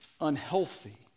unhealthy